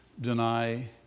deny